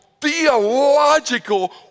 theological